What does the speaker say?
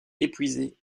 épuisés